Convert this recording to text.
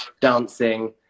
dancing